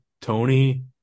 Tony